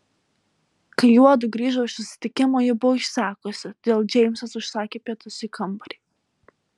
kai juodu grįžo iš susitikimo ji buvo išsekusi todėl džeimsas užsakė pietus į kambarį